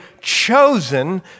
chosen